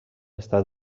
estat